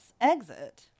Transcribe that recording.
exit